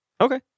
Okay